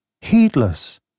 Heedless